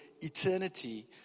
eternity